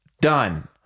done